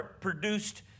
produced